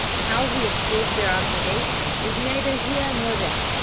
how he escaped their observation is neither here nor there.